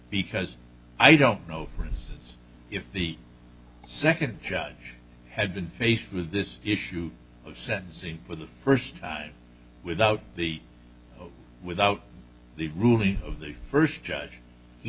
because i don't know for instance if the second judge had been faced with this issue of sentencing for the first time without the without the ruling of the first judge he